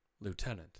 Lieutenant